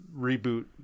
reboot